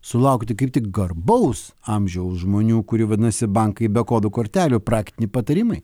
sulaukti kaip tik garbaus amžiaus žmonių kurie vadinasi bankai be kodų kortelių praktiniai patarimai